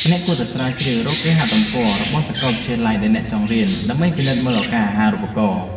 អ្នកគួរតែស្រាវជ្រាវរកគេហទំព័ររបស់សាកលវិទ្យាល័យដែលអ្នកចង់រៀនដើម្បីពិនិត្យមើលឱកាសអាហារូបករណ៍។